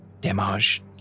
Damage